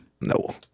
No